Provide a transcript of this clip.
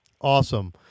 Awesome